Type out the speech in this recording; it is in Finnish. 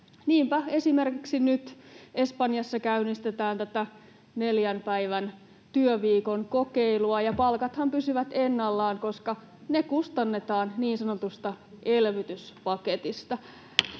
esimerkiksi Espanjassa käynnistetään nyt tätä neljän päivän työviikon kokeilua, ja palkathan pysyvät ennallaan, koska ne kustannetaan niin sanotusta elvytyspaketista.